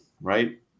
right